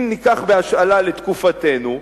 אם ניקח בהשאלה לתקופתנו,